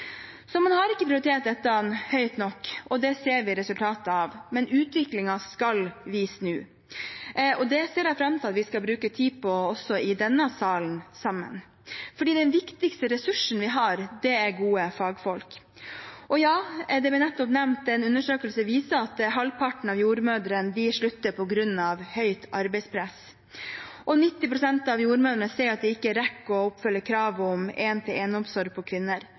Man har ikke prioritert dette høyt nok, og det ser vi resultatet av, men utviklingen skal vi snu. Det ser jeg fram til at vi skal bruke tid på også i denne salen sammen. Den viktigste ressursen vi har, er gode fagfolk. Det ble nettopp nevnt en undersøkelse som viser at halvparten av jordmødrene slutter på grunn av høyt arbeidspress, og 90 pst. av jordmødrene sier de ikke rekker å oppfylle kravet om én-til-én-omsorg for kvinner. Det er alvorlig. Utdanning, rekruttering og det å beholde fagfolk kommer til